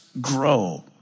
grow